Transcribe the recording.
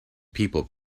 people